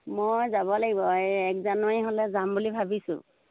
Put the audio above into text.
মই যাব লাগিব এই এক জানুৱাৰী হ'লে যাম বুলি ভাবিছোঁ